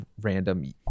random